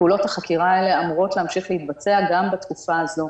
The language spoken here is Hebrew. פעולות החקירה האלה אמורות להמשיך להתבצע גם בתקופה הזו.